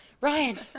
Ryan